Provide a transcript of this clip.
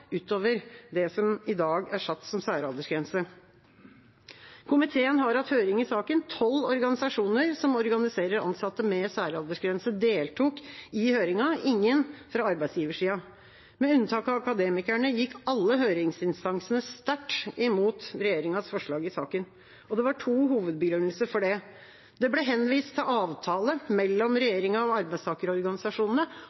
utover det som i dag er satt som særaldersgrense. Komiteen har hatt høring i saken. Tolv organisasjoner som organiserer ansatte med særaldersgrense, deltok i høringen, ingen fra arbeidsgiversida. Med unntak av Akademikerne gikk alle høringsinstansene sterkt imot regjeringas forslag i saken. Det var to hovedbegrunnelser for det. Det ble henvist til avtale mellom